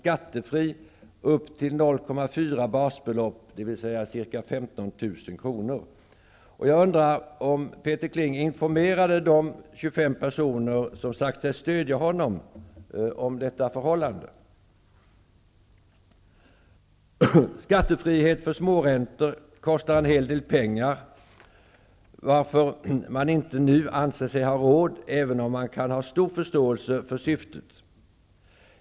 Kling informerade de 25 personer som har sagt sig stödja honom om detta förhållande. Skattefrihet för småräntor kostar en hel del pengar, varför man inte nu anser sig ha råd, även om man kan ha stor förståelse för syftet.